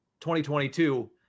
2022